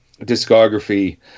discography